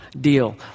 deal